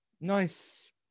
nice